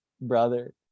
brother